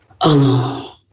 alone